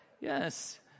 Yes